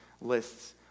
lists